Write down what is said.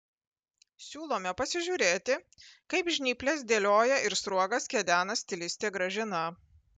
siūlome pasižiūrėti kaip žnyples dėlioja ir sruogas kedena stilistė gražina